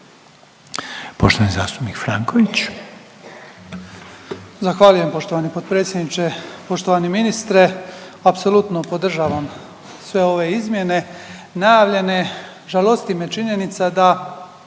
Poštovani zastupnik Franković.